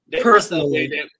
Personally